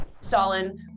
Stalin